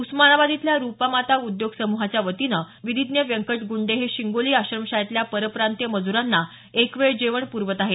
उस्मानाबाद इथल्या रुपामाता उद्योग समूहाच्या वतीनं विधिज्ञ व्यंकट गुंड हे शिंगोली आश्रमशाळेतल्या परप्रांतीय मजुरांना एक वेळ जेवण पुरवत आहेत